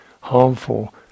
harmful